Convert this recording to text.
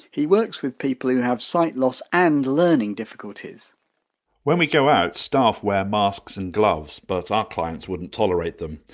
he works with people who have sight loss and learning difficulties when we go out staff wear masks and gloves but our clients wouldn't tolerate them.